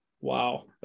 Wow